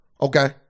Okay